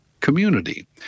community